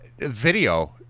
Video